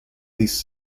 this